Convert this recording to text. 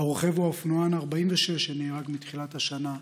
הרוכב הוא האופנוען ה-46 שנהרג מתחילת השנה,